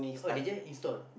oh they just install